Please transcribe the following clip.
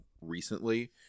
recently